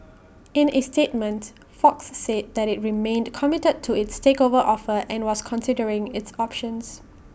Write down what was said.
in A statement fox said that IT remained committed to its takeover offer and was considering its options